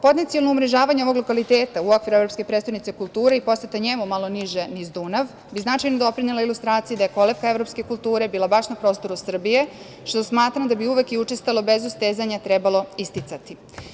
Potencionalno umrežavanje ovog lokaliteta u okviru „Evropske prestonice kulture“ i poseta njemu, malo niže niz Dunav, bi značajno doprinela ilustraciji da je kolevka evropske kulture bila baš na prostoru Srbije, što smatram da bi uvek i učestalo, bez ustezanja, trebalo isticati.